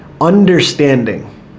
understanding